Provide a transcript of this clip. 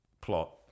plot